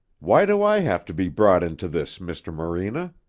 why do i have to be brought into this, mr. morena?